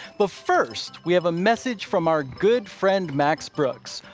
but first, we have a message from our good friend, max brooks,